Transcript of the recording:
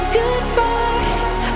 goodbyes